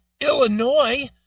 Illinois